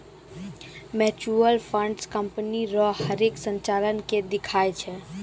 mutual fund company रो हरेक संचालन के दिखाय छै